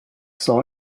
saw